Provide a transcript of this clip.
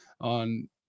on